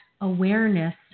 awareness